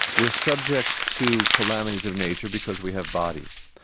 we're subject to calamities of nature, because we have bodies.